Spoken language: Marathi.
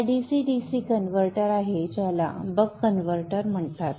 हा DC DC कनवर्टर आहे ज्याला बक कन्व्हर्टर म्हणतात